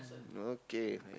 okay